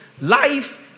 Life